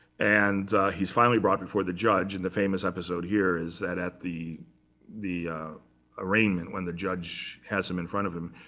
and he's finally brought before the judge. and the famous episode here is that at the the arraignment, when the judge has him in front of him,